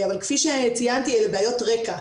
כפי שציינתי, אלה בעיות רקע.